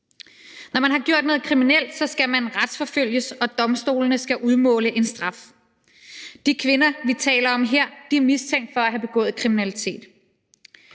Når man har gjort noget kriminelt, skal man retsforfølges, og domstolene skal udmåle en straf. De kvinder, vi taler om her, er mistænkt for at have begået kriminalitet.